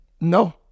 No